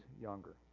younger